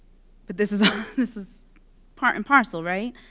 but this is um this is part and parcel, right?